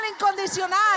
incondicional